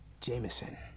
Jameson